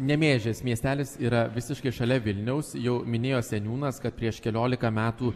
nemėžis miestelis yra visiškai šalia vilniaus jau minėjo seniūnas kad prieš keliolika metų